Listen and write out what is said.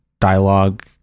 dialogue